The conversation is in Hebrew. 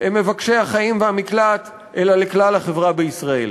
למבקשי החיים והמקלט, אלא לכלל החברה בישראל.